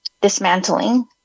dismantling